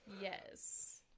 yes